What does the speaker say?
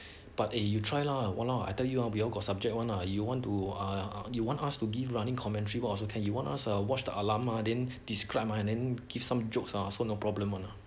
but eh you try lah !walao! I tell you ah we all got subject one lah you want to err you want us to give running commentary !wah! also can you want us ask or watch the alarm ah then describe ma then give some jokes also no problem one nah